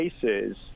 cases